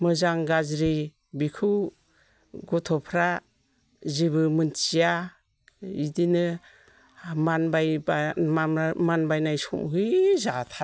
मोजां गाज्रि बिखौ गथ'फ्रा जेबो मोनथिया इदिनो मानबायब्ला माबायनाय समाव है जाथारा